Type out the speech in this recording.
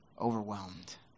overwhelmed